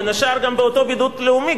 בין השאר גם באותו בידוד בין-לאומי,